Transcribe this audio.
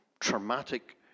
traumatic